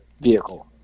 vehicle